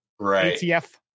ETF